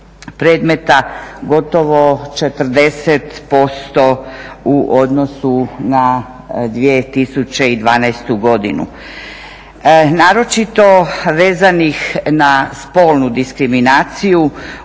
predmeta gotovo 40% u odnosu na 2012.godinu, naročito vezanih na spolnu diskriminaciju